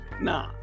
nah